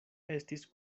estis